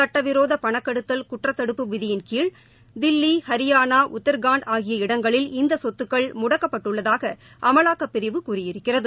சுட்டவிரோத பணக்கடத்தல் குற்றத்தடுப்பு விதியின்கீழ் தில்லி ஹரியானா உத்தரகான்ட் ஆகிய இடங்களில் இந்த சொத்துக்கள் முடக்கப்பட்டுள்ளதாக அமலாக்கப்பிரிவு கூறியிருக்கிறது